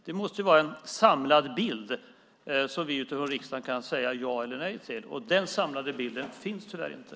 Det måste vara en samlad bild som vi i riksdagen kan säga ja eller nej till. Den samlade bilden finns tyvärr inte.